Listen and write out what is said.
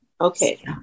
okay